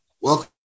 Welcome